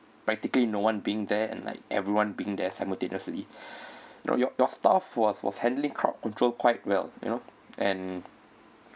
practically no one being there and like everyone being there simultaneously you know your your staff was was handling crowd control quite well you know and